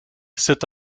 cet